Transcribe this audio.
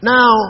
Now